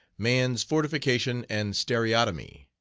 mahan's fortification and stereotomy.